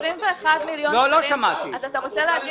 סתיו, את רוצה לנהל